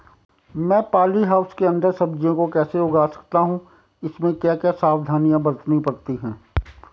मैं polyhouse के अन्दर सब्जियों को कैसे उगा सकता हूँ इसमें क्या क्या सावधानियाँ बरतनी पड़ती है?